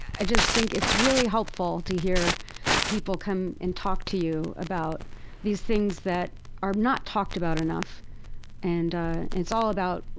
i just think it's really helpful to hear people come and talk to you about these things that are not talked about enough and it's all about,